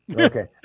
Okay